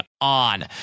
on